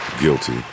guilty